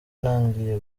ntangiye